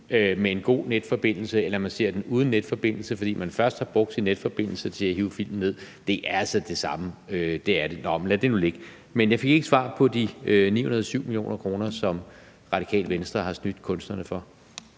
med en god netforbindelse eller man ser den uden netforbindelse, fordi man først har brugt sin netforbindelse til at hive filmen ned, er altså det samme; det er det. Nå, men lad det nu ligge. Men jeg fik ikke svar på det med de 907 mio. kr., som Radikale Venstre har snydt kunstnerne for.